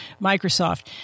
Microsoft